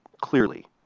clearly